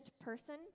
person